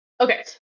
Okay